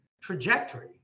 trajectory